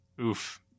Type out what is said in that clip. Oof